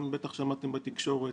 גם בטח שמעתם בתקשורת,